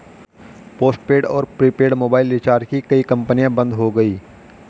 postpaid और prepaid mobile recharge की कई कंपनियां बंद हो गई